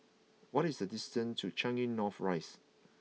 what is the distance to Changi North Rise